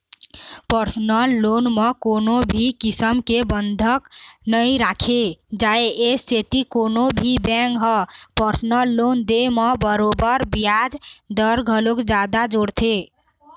personal loan म कोनो भी किसम के बंधक नइ राखे जाए ए सेती कोनो भी बेंक ह परसनल लोन दे म बरोबर बियाज दर घलोक जादा जोड़थे